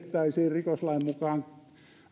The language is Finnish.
rikoslain mukaan